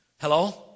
hello